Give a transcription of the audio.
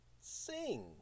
sing